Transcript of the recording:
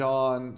John